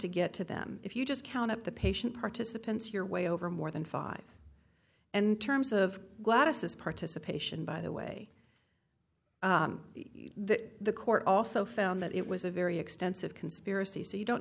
to get to them if you just count up the patient participants your way over more than five and terms of lattices participation by the way that the court also found that it was a very extensive conspiracy so you don't